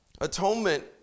atonement